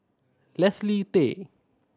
Leslie Tay